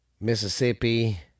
Mississippi